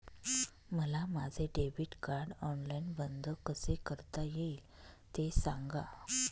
मला माझे debit card online बंद कसे करता येईल, ते सांगा